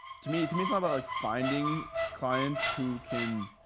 to me, it, to me, it's about like finding clients who can,